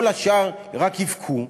כל השאר רק יבכו,